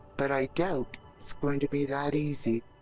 but i doubt it's going to be that easy.